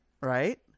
right